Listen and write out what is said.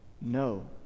no